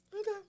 okay